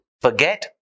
forget